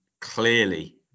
clearly